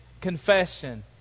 confession